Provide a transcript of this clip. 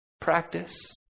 practice